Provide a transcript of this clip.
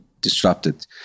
disrupted